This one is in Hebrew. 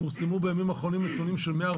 פורסמו בימים האחרונים נתונים לגבי 140